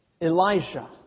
Elijah